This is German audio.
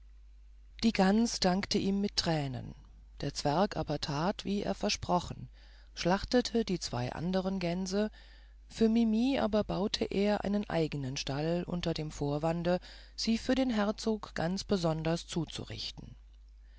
die gans dankte ihm mit tränen der zwerg aber tat wie er versprochen schlachtete die zwei anderen gänse für mimi aber baute er einen eigenen stall unter dem vorwande sie für den herzog ganz besonders zuzurichten